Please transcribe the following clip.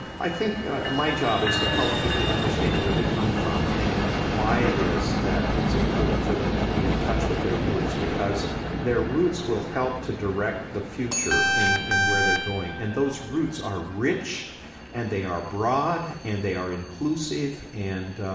i think ah my job is to help people understand where they come from and why it is that it's important for them to be in touch with their roots, because their roots will help to direct the future in in where they're going. and those roots are rich and they are broad and they are inclusive and,